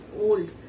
old